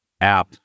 App